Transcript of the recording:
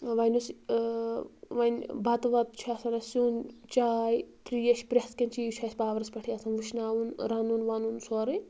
وۄنۍ یُس وۄنۍ بَتہٕ وَتہٕ چھُ آسان اَسہِ سیُن چاے ترٛیش پرٛٮ۪تھ کیٚنٛہہ چیٖز چھُ اَسہِ پاورَس پٮ۪ٹھٕے آسان وٕشناوُن رَنُن وَنُن سورُے